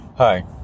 Hi